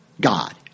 God